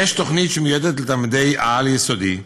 1. יש תוכנית שמיועדת לתלמידי העל-יסודי.